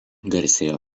garsėjo